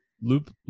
loop